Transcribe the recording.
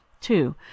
Two